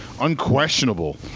unquestionable